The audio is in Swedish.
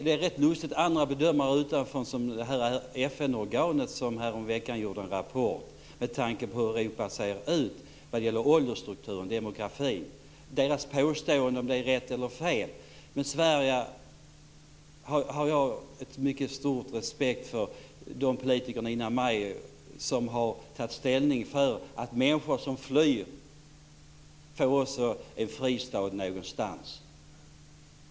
Det finns andra bedömare, t.ex. det här FN organet som häromvecken gjorde en rapport om hur Europa ser ut vad gäller åldersstrukturen, demografin. Jag vet inte om deras påståenden är rätt är fel. Jag har mycket stor respekt för de politiker innan mig som har tagit ställning för att människor som flyr också får en fristad någonstans.